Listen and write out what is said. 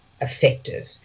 effective